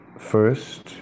First